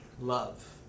Love